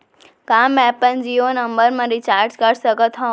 का मैं अपन जीयो नंबर म रिचार्ज कर सकथव?